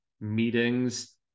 meetings